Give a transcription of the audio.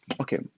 Okay